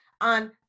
on